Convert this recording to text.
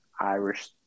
Irish